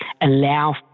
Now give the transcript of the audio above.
allow